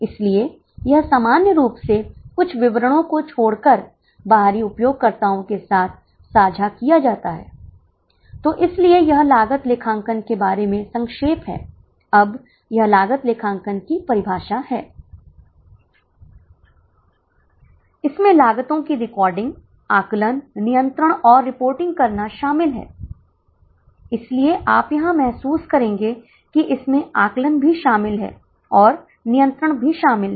इसलिए प्रत्येक छात्र के लिए परिवर्तनीय लागत 108 है शिक्षक के लिए यह 128 है लेकिन शिक्षक की परिवर्तनीय लागत को अर्ध परिवर्तनीय लागत के रूप में माना जाना चाहिए और एक बस में दो शिक्षक हैं